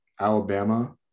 Alabama